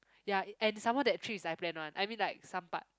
ya it and some more that trip is I plan one I mean like some part